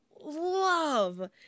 love